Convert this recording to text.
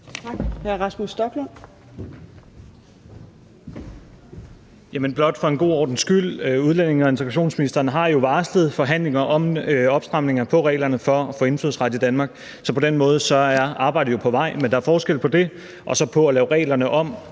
Kl. 15:22 Rasmus Stoklund (S): Det er blot for en god ordens skyld: Udlændinge- og integrationsministeren har jo varslet forhandlinger om opstramninger af reglerne for at få indfødsret i Danmark, så på den måde er arbejdet jo på vej. Men der er forskel på det og så på at lave reglerne om